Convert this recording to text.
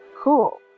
cool